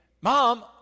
Mom